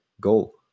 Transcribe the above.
goal